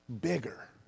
bigger